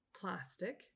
plastic